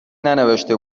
ننوشته